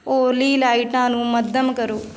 ਓਲੀ ਲਾਈਟਾਂ ਨੂੰ ਮੱਧਮ ਕਰੋ